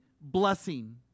blessing